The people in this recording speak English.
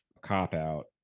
cop-out